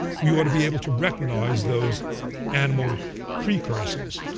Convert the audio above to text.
we ought to be able to recognize those animal precursors.